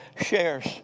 shares